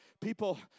People